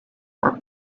were